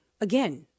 again